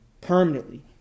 permanently